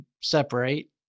separate